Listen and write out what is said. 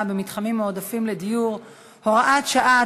במתחמים מועדפים לדיור (הוראת שעה),